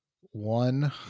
One